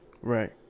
Right